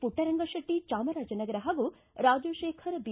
ಪುಟ್ಟರಂಗಶೆಟ್ಟಿ ಚಾಮರಾಜನಗರ ಹಾಗೂ ರಾಜಶೇಖರ್ ಬಿ